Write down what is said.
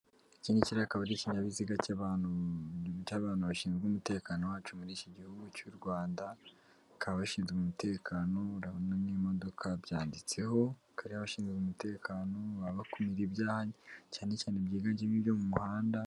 Iki ngiki rero akaba ari ikinyabiziga cy'abantu, cy'abantu bashinzwe umutekano wacu muri iki gihugu cy'u rwanda bakaba bashinzwe umutekano urabona n'imodoka byanditseho bakaba rero abashinzwe umutekano baba bakumira ibyaha cyane cyane byiganjemo ibyo mu muhanda...